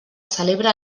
celebra